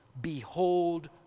Behold